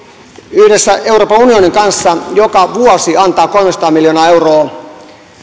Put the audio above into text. yhdessä euroopan unionin kanssa joka vuosi antaa kolmesataa miljoonaa euroa